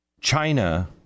china